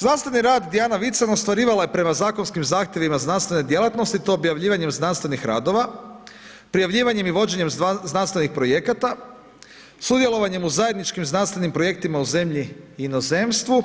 Znanstveni rad Dijana Vican ostvarivala je prema zakonskim zahtjevima znanstvene djelatnosti, to objavljivanjem znanstvenih radova, prijavljivanjem i vođenjem znanstvenih projekata, sudjelovanjem u zajedničkim znanstvenim projektima u zemlji i inozemstvu,